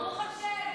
ברוך השם.